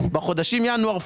בחודשים ינואר,